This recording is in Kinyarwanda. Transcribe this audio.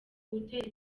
gutera